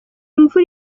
mvura